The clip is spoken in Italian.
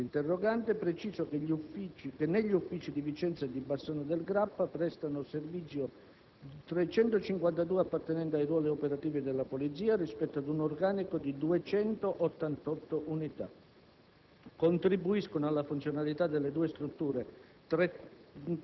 Per quanto riguarda la situazione delle risorse umane, cui fa riferimento l'interrogante, preciso che negli uffici di Vicenza e Bassano del Grappa prestano servizio 352 appartenenti ai ruoli operativi della Polizia rispetto ad un organico di 288 unità.